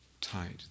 tight